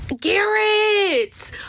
Garrett